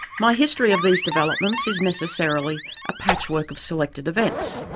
my history of these developments is necessarily a patchwork of selected events.